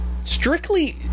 strictly